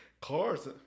cars